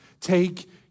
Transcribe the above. take